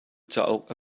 cauk